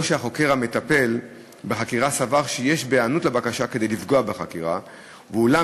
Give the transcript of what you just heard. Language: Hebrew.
או שהחוקר המטפל בחקירה סבר שיש בהיענות לבקשה כדי לפגוע בחקירה ואולם